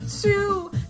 Two